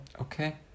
Okay